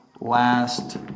Last